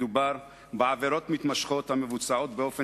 מדובר בעבירות מתמשכות המבוצעות באופן